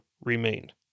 remained